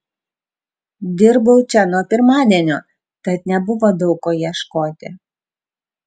dirbau čia nuo pirmadienio tad nebuvo daug ko ieškoti